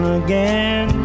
again